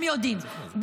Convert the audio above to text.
הם יודעים,